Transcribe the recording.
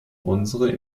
unsere